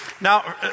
Now